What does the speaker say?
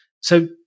So-